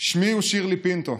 שמי הוא שירלי פינטו.